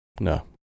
No